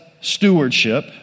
stewardship